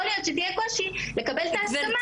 יכול להיות שיהיה קושי לקבל את ההסכמה